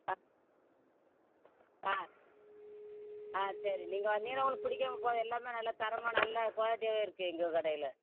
ஆ ஆ ஆ சரி நீங்கள் வந்திங்கன்னா உங்களுக்கு பிடிக்காம போகாது எல்லாம் நல்லா தரமாக நல்லா குவாலிடியாகவே இருக்குது எங்கள் கடையியில்